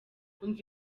umva